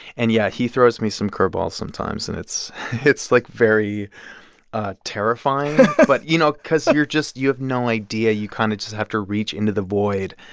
and, yeah, he throws me some curveballs sometimes. and it's it's, like, very ah terrifying but, you know, because you're just you have no idea. you kind of just have to reach into the void.